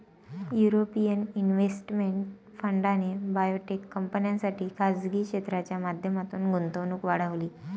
European investment फंडाने biotech कंपन्यांसाठी खासगी क्षेत्राच्या माध्यमातून गुंतवणूक वाढवली